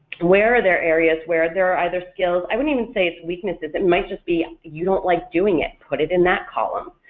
where are there areas where there are other skills i wouldn't even say it's weaknesses it might just be you don't like doing it, put it in that column.